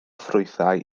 ffrwythau